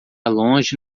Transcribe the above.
longe